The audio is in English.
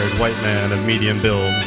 white man of medium build.